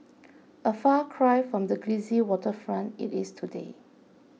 a far cry from the glitzy waterfront it is today